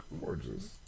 Gorgeous